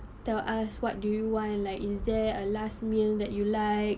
tell us what do you want like is there a last meal that you like